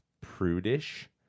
prudish